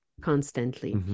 constantly